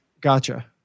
gotcha